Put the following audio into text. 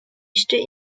stay